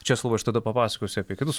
česlovai aš tada papasakosiu apie kitus